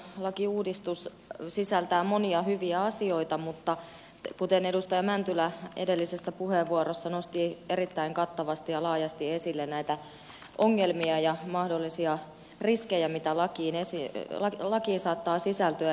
käsittelyssä oleva perhehoitolakiuudistus sisältää monia hyviä asioita mutta kuten edustaja mäntylä edellisessä puheenvuorossa nosti erittäin kattavasti ja laajasti esille on ongelmia ja mahdollisia riskejä mitä lakiin saattaa sisältyä